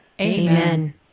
Amen